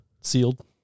sealed